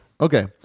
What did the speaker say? Okay